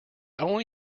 only